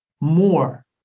more